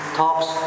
talks